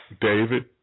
David